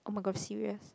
oh-my-god serious